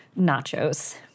nachos